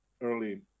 early